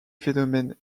phénomènes